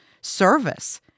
service